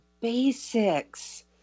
basics